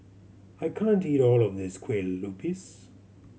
I can't eat all of this Kueh Lupis